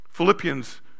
Philippians